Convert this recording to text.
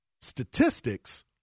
statistics